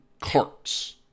carts